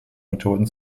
methoden